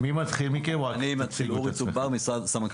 אני רוצה להודות למשרד המבקר על העבודה הרצינית והמשמעותית